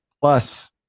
Plus